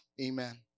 Amen